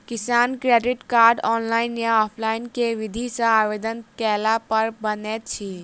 किसान credit card, online या offline केँ विधि सँ आवेदन कैला पर बनैत अछि?